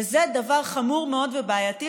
וזה דבר חמור מאוד ובעייתי,